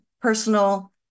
personal